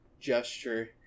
gesture